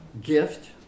gift